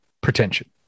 pretension